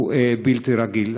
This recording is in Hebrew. הוא בלתי רגיל.